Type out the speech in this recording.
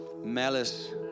malice